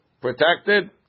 protected